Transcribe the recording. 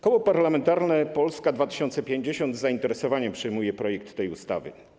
Koło Parlamentarne Polska 2050 z zainteresowaniem przyjmuje projekt tej ustawy.